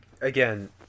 again